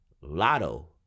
Lotto